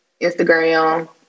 Instagram